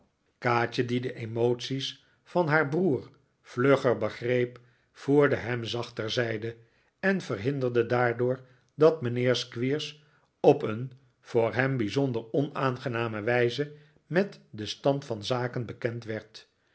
kaatje die de emoties van haar broer vlugger begreep voerde hem zacht terzijde en verhinderde daardoor dat mijnheer squeers op een voor hem bijzonder onaangename wijze met den stand van zaken bekend werd